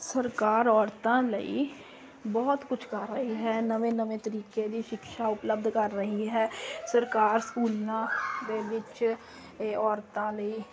ਸਰਕਾਰ ਔਰਤਾਂ ਲਈ ਬਹੁਤ ਕੁਛ ਕਰ ਰਹੀ ਹੈ ਨਵੇਂ ਨਵੇਂ ਤਰੀਕੇ ਦੀ ਸ਼ਿਕਸ਼ਾ ਉਪਲਬਧ ਕਰ ਰਹੀ ਹੈ ਸਰਕਾਰ ਸਕੂਲਾਂ ਦੇ ਵਿੱਚ ਔਰਤਾਂ ਲਈ